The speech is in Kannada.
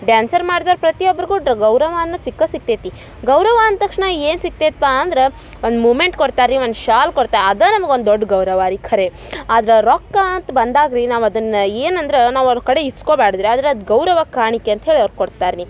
ಡ್ಯಾನ್ಸರ್ ಮಾಡ್ದೋರ ಪ್ರತಿ ಒಬ್ಬರಿಗು ಡ್ರ್ ಗೌರವ ಅನ್ನೋದು ಸಿಕ್ಕ ಸಿಕ್ತೈತಿ ಗೌರವ ಅಂದ ತಕ್ಷಣ ಏನು ಸಿಕ್ತೈತ್ಪಾ ಅಂದ್ರ ಒನ್ ಮೂಮೆಂಟ್ ಕೊಡ್ತಾರೆ ರೀ ಒನ್ ಶಾಲ್ ಕೊಡ್ತೆ ಅದ ನಮ್ಗ ಒಂದ್ ದೊಡ್ಡ ಗೌರವ ರೀ ಖರೆ ಆದ್ರ ರೊಕ್ಕ ಅಂತ ಬಂದಾಗ ರೀ ನಾವು ಅದನ್ನ ಏನು ಅಂದ್ರ ನಾವು ಅವ್ರ ಕಡೆ ಇಸ್ಕೊಬಾಡ್ದ ರೀ ಆದರೆ ಅದು ಗೌರವ ಕಾಣಿಕೆ ಅಂತೇಳಿ ಅವ್ರ ಕೊಡ್ತಾರೆ ರೀ